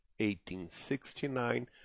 1869